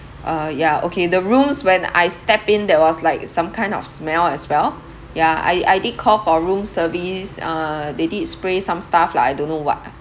uh ya okay the rooms when I stepped in there was like some kind of smell as well yeah I I did call for room service uh they did spray some stuff lah I don't know what